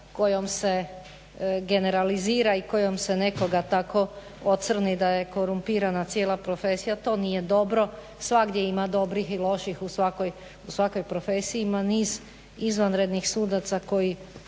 kojom se generalizira i kojom se nekoga tako ocrni da je korumpirana cijela profesija. To nije dobro, svagdje ima dobrih i loših u svakoj profesiji, ima niz izvanrednih sudaca koji